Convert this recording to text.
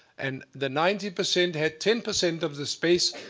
and the ninety percent had ten percent of the space,